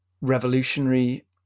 revolutionary